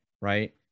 right